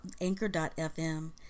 anchor.fm